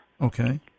Okay